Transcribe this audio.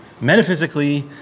metaphysically